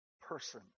person